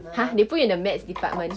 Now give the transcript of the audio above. !huh! they put you in the maths department